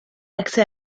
accès